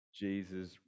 Jesus